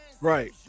Right